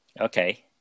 Okay